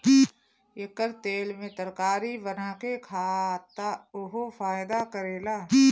एकर तेल में तरकारी बना के खा त उहो फायदा करेला